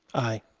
aye.